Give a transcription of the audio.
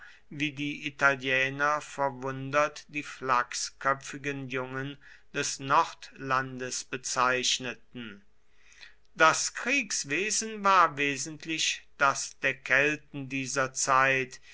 wie die italiener verwundert die flachsköpfigen jungen des nordlandes bezeichneten das kriegswesen war wesentlich das der kelten dieser zeit